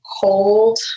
cold